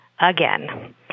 again